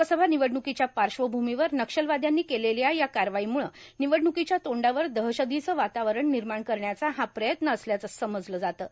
लोकसभा निवडणुकीच्या पार्श्वभूमीवर नक्षलवाद्यांनी केलेल्या या कारवाईमुळं निवडणुकीच्या तोंडावर दहशतीचे वातावरण निर्माण करण्याचा हा प्रयत्न असल्याचं समजलं जातं